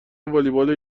والیبال